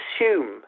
assume